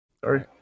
Sorry